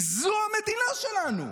כי זו המדינה שלנו.